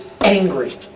angry